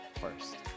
First